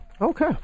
okay